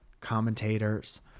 commentators